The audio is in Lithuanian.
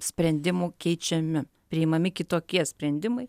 sprendimų keičiami priimami kitokie sprendimai